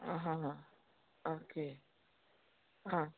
आं हां हां ओके आं